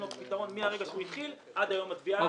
בעצם אנחנו נותנים לו פתרון מרגע שהוא התחיל לעבוד ועד ליום התביעה.